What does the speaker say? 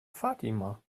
fatima